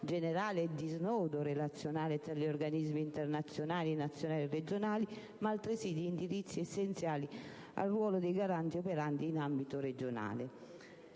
generale e di snodo relazionale tra gli organismi internazionali, nazionali e regionali, ma specifichi, altresì, una serie di indirizzi essenziali al ruolo dei garanti operanti in ambito regionale.